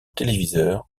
téléviseur